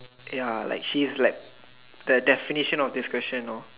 ya like she's like the definition of this question you know